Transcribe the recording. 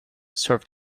serve